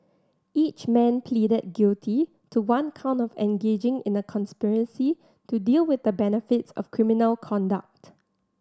each man pleaded guilty to one count of engaging in a conspiracy to deal with the benefits of criminal conduct